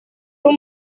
turi